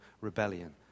rebellion